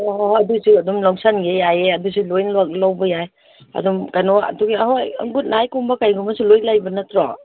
ꯍꯣꯏ ꯍꯣꯏ ꯍꯣꯏ ꯑꯗꯨꯁꯨ ꯑꯗꯨꯝ ꯂꯧꯁꯟꯒꯦ ꯌꯥꯏꯌꯦ ꯑꯗꯨꯁꯨ ꯂꯣꯏꯅꯃꯛ ꯂꯧꯕ ꯌꯥꯏ ꯑꯗꯨꯝ ꯀꯩꯅꯣ ꯑꯗꯨꯒꯤ ꯑꯍꯣꯏ ꯒꯨꯠꯅꯥꯏꯠꯀꯨꯝꯕ ꯀꯔꯤꯒꯨꯝꯕꯁꯨ ꯂꯣꯏꯅ ꯂꯩꯕ ꯅꯠꯇ꯭ꯔꯣ